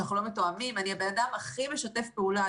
שאנחנו לא מתואמים אני הבן אדם הכי משתף פעולה.